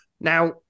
Now